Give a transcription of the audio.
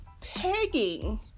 pegging